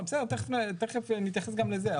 תכף נתייחס לזה.